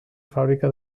fàbrica